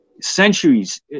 centuries